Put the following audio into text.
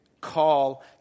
call